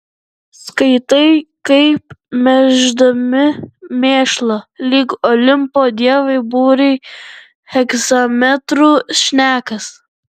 skaitai kaip mėždami mėšlą lyg olimpo dievai būrai hegzametru šnekas